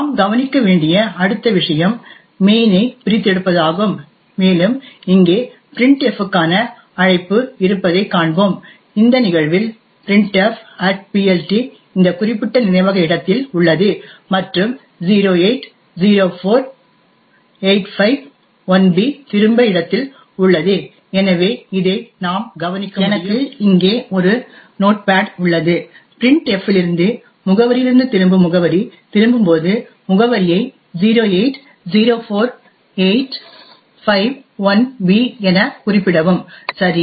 நாம் கவனிக்க வேண்டிய அடுத்த விஷயம் மெயின் ஐ பிரித்தெடுப்பதாகும் மேலும் இங்கே printf க்கான அழைப்பு இருப்பதைக் காண்போம் இந்த நிகழ்வில் printfPLT இந்த குறிப்பிட்ட நினைவக இடத்தில் உள்ளது மற்றும் 0804851b திரும்ப இடத்தில் உள்ளது எனவே இதை நாம் கவனிக்க முடியும் எனக்கு இங்கே ஒரு நோட்பேட் உள்ளது printf இலிருந்து முகவரியிலிருந்து திரும்பும் முகவரி திரும்பும்போது முகவரியை 0804851b எனக் குறிப்பிடவும் சரி